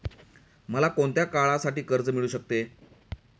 मला कोणत्या काळासाठी कर्ज मिळू शकते?